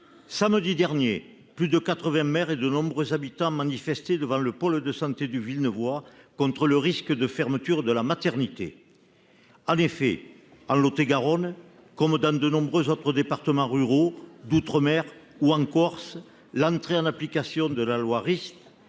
samedi dernier plus de 80 maires et de nombreux habitants manifesté devant le pôle de santé du Villeneuvois contre le risque de fermeture de la maternité. En effet, en Lot-et-Garonne, comme dans de nombreuses autres départements ruraux d'outre-mer ou en Corse. L'entrée en application de la loi Rist.